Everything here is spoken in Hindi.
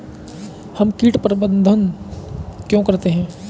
हम कीट प्रबंधन क्यों करते हैं?